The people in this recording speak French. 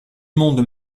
monde